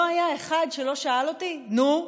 לא היה אחד שלא שאל אותי: נו,